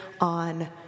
on